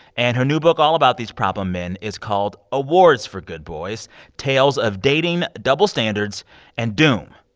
and her new book all about these problem men is called awards for good boys tales of dating, double standards and doom.